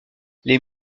les